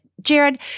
Jared